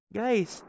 guys